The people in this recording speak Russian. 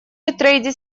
битрейте